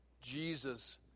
Jesus